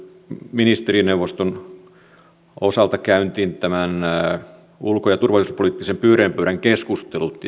ministerineuvoston osalta käyntiin nämä ulko ja turvallisuuspoliittiset pyöreän pöydän keskustelut